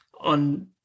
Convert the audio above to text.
on